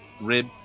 rib